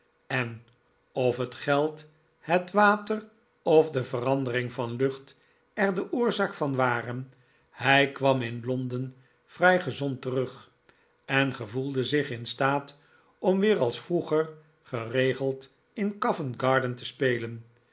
en of het geld het water of de verandering van lucht er de oorzaak van waren hij kwam in londen vrij gezond terug en gevoelde zich in staat om weer als vroeger geregold in co vent garden te spelen